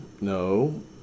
No